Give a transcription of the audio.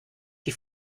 die